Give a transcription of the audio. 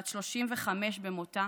מאילת, בת 35 במותה.